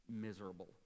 miserable